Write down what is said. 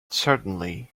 certainly